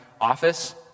office